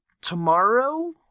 Tomorrow